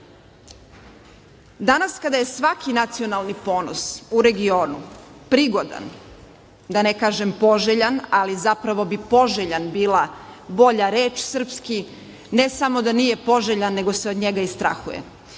kada je svaki nacionalni ponos u regionu, prigodan, da ne kažem poželjan, ali zapravo bi poželjna bila bolja reč srpski, ne samo da nije poželjan nego se od njega i strahuje.